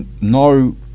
no